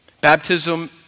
Baptism